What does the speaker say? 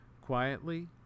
Quietly